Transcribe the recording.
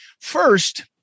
First